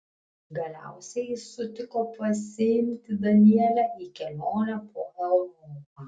galiausiai jis sutiko pasiimti danielę į kelionę po europą